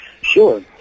Sure